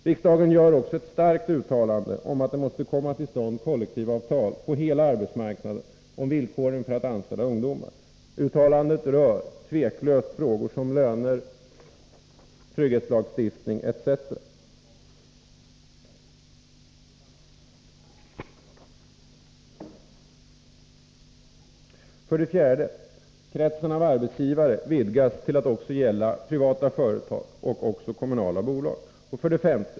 Riksdagen gör också ett starkt uttalande om att det måste komma till stånd kollektivavtal på hela arbetsmarknaden om villkoren för att anställa ungdomar. Uttalandet rör helt klart frågor som löner, trygghetslagstiftning etc. 4. Kretsen av arbetsgivare vidgas till att också gälla privata företag och kommunala bolag. 5.